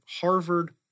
Harvard